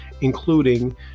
including